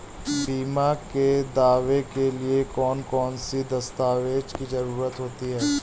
बीमा के दावे के लिए कौन कौन सी दस्तावेजों की जरूरत होती है?